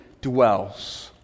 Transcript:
dwells